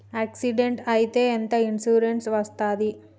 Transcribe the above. Accident అయితే ఎంత insurance వస్తది?